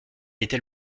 l’été